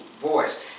voice